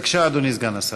בבקשה, אדוני סגן השר.